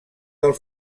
del